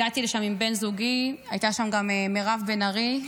הגעתי לשם עם בן זוגי, הייתה שם גם מירב בן ארי.